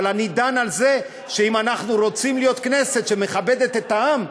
אבל אני דן בזה שאם אנחנו רוצים להיות כנסת שמכבדת את העם,